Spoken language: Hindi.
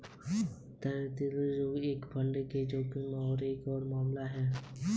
तरलता जोखिम के लिए एक फंड के जोखिम को समझना एक और मामला है